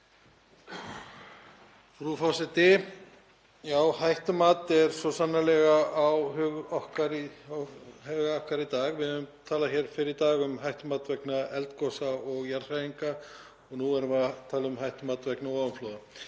Frú forseti. Já, hættumat er svo sannarlega í huga okkar í dag. Við höfum talað hér fyrr í dag um hættumat vegna eldgosa og jarðhræringa og nú erum við að tala um hættumat vegna ofanflóða.